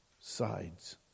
sides